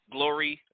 Glory